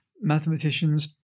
mathematicians